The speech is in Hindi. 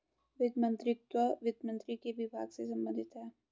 वित्त मंत्रीत्व वित्त मंत्री के विभाग से संबंधित है